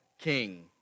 king